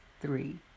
three